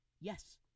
Yes